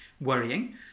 worrying